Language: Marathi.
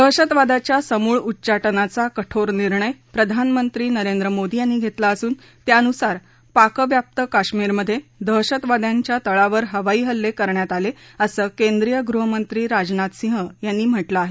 दहशतवादाच्या समूळ उच्चाटनाचा कठोर निर्णय प्रधानमंत्री नरेंद्र मोदी यांनी घेतला असून त्यानुसार पाकव्याप्त कश्मीरमध्ये दहशतवाद्यांच्या तळांवर हवाई हल्ले करण्यात आले असं केंद्रीय गृहमंत्री राजनाथ सिंह यांनी म्हटलं आहे